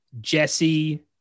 Jesse